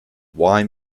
why